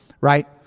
right